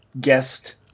guest